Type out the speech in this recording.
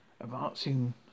advancing